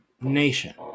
Nation